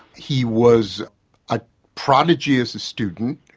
he was a prodigy as a student.